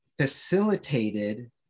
facilitated